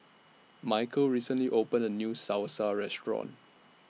Mykel recently opened A New Salsa Restaurant